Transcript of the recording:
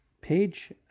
page